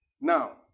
Now